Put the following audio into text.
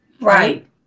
Right